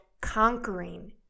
conquering